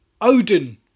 Odin